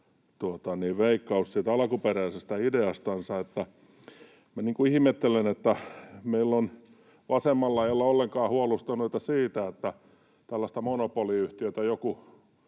Veikkaus siitä alkuperäisestä ideastansa. Minä ihmettelen, että vasemmalla ei olla ollenkaan huolestuneita siitä, että tällaista monopoliyhtiötä joku